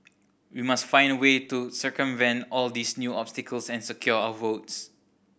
we must find a way to circumvent all these new obstacles and secure our votes